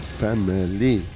family